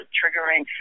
triggering